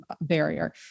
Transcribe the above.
barrier